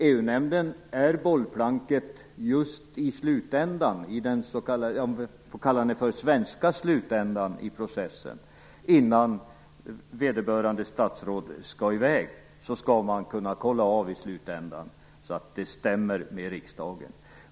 EU-nämnden är bollplanket just i den "svenska" slutänden i processen. Innan vederbörande statsråd skall åka i väg skall man i slutänden kunna kontrollera att uppfattningen stämmer med riksdagens ståndpunkt.